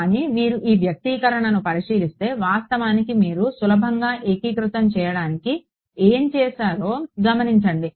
కానీ మీరు ఈ వ్యక్తీకరణను పరిశీలిస్తే వాస్తవానికి మీరు సులభంగా ఏకీకృతం చేయడానికి ఏమి చేసారో గమనించండి